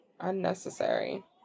Unnecessary